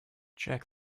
check